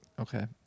okay